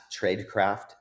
Tradecraft